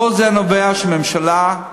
כל זה נובע כשהממשלה,